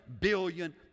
billion